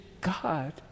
God